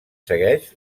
segueix